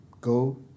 go